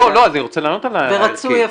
לא, אני רוצה לענות על ההערה הערכית.